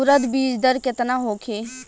उरद बीज दर केतना होखे?